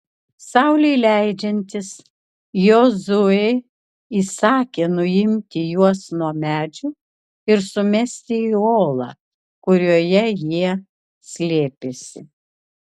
saulei leidžiantis jozuė įsakė nuimti juos nuo medžių ir sumesti į olą kurioje jie slėpėsi